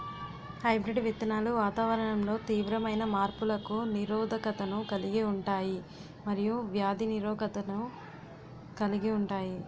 hybrid విత్తనాలు వాతావరణంలో తీవ్రమైన మార్పులకు నిరోధకతను కలిగి ఉంటాయి మరియు వ్యాధి నిరోధకతను కలిగి ఉంటాయి